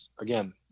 again